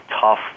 tough